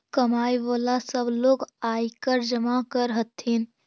कमाय वला सब लोग आयकर जमा कर हथिन